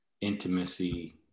intimacy